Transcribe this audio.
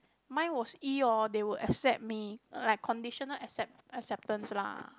mine was E hor they would accept me like conditional accept acceptance lah